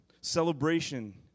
Celebration